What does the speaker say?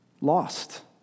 lost